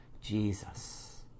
Jesus